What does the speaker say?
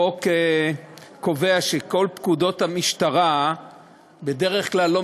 החוק קובע שכל פקודות המשטרה בדרך כלל לא